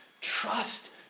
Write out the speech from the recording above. trust